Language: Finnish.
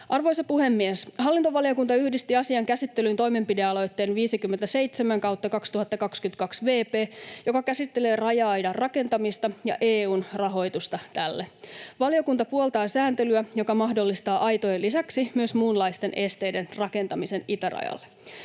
Arvoisa puhemies! Hallintovaliokunta yhdisti asian käsittelyyn toimenpidealoitteen 57/ 2022 vp, joka käsittelee raja-aidan rakentamista ja EU:n rahoitusta tälle. Valiokunta puoltaa sääntelyä, joka mahdollistaa aitojen lisäksi myös muunlaisten esteiden rakentamisen itärajalle.